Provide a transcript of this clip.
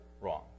wrong